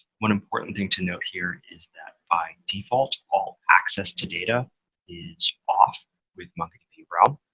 one important thing to note here is that by default, all access to data is off with mongodb realm.